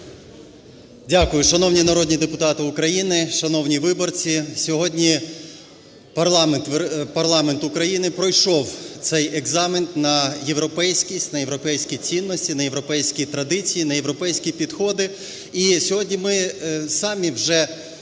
Дякую. Шановні народні депутати України, шановні виборці! Сьогодні парламент України пройшов цей екзамен на європейськість, на європейські цінності, на європейські традиції, на європейські підходи.